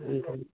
ओम